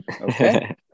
Okay